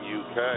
uk